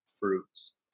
Fruits